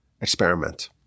experiment